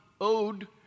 owed